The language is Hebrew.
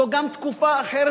זו גם תקופה אחרת,